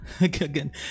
again